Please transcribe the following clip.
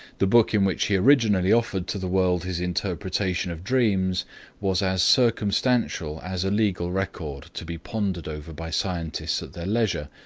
the book in which he originally offered to the world his interpretation of dreams was as circumstantial as a legal record to be pondered over by scientists at their leisure,